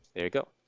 there you go